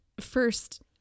first